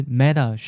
Meta